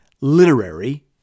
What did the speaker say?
literary